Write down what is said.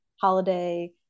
holiday